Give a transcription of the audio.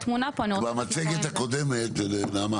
נעמה,